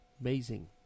amazing